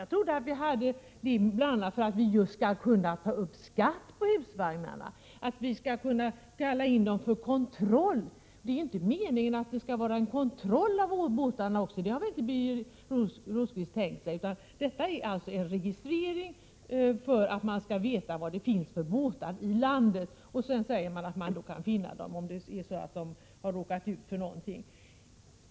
Jag trodde att vi hade registrering av husvagnar för att kunna ta upp skatt på dem och för att kunna kalla in dem på kontroll. Det är ju inte meningen att det skall vara en kontroll av båtarna. Det har väl inte Birger Rosqvist tänkt sig? Registreringen är alltså till för att man skall veta vad det finns för båtar i landet. Utöver detta sägs det att man skall kunna finna båtar om de har råkat ut för något.